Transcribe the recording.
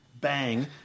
bang